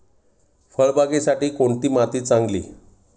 फळबागेसाठी कोणती माती चांगली?